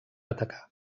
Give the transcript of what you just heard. atacar